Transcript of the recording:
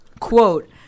Quote